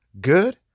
Good